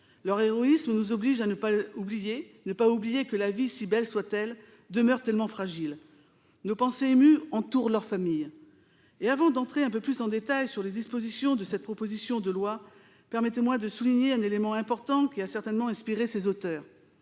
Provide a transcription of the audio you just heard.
ne pas oublier : à ne pas oublier que la vie, si belle soit-elle, demeure tellement fragile. Nos pensées émues entourent leurs familles. Avant d'entrer un peu plus dans le détail des dispositions de cette proposition de loi, permettez-moi de souligner un élément important qui a certainement inspiré ses auteurs.